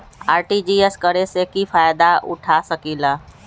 RTGS करे से की फायदा उठा सकीला?